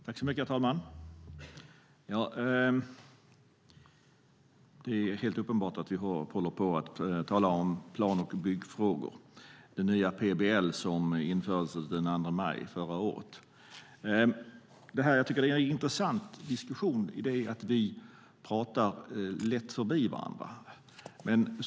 Herr talman! Det är helt uppenbart att vi håller på att tala om plan och byggfrågor och den nya PBL som infördes den 2 maj förra året. Det är en intressant diskussion i det att vi lätt talar förbi varandra.